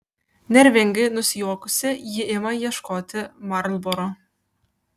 nervingai nusijuokusi ji ima ieškoti marlboro